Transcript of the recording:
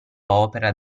opera